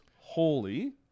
holy